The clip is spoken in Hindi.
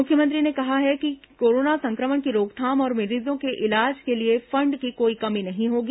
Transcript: मुख्यमंत्री ने कहा कि कोरोना संक्रमण की रोकथाम और मरीजों के इलाज के लिए फंड की कोई कमी नहीं होगी